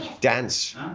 dance